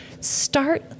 Start